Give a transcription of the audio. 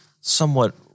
somewhat